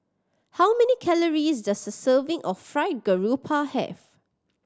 how many calories does a serving of fried grouper have